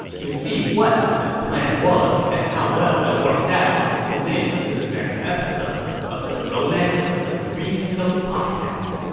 to see what this plan was, and how well it worked out, tune in to the next episode of the romance of the three kingdoms podcast.